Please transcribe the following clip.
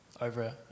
over